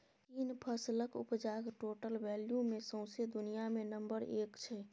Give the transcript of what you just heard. चीन फसलक उपजाक टोटल वैल्यू मे सौंसे दुनियाँ मे नंबर एक छै